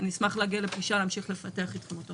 אני אשמח להגיע לפגישה איתכם כדי להמשיך לפתח את הרעיון.